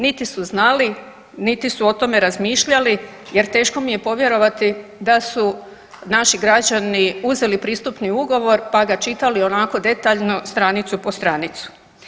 Niti su znali, niti su o tome razmišljali jer teško mi je povjerovati da su naši građani uzeli pristupni ugovor, pa ga čitali onako detaljno stranicu po stranicu.